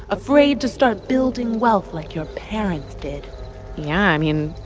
afraid to start building wealth like your parents did yeah. i mean,